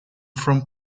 from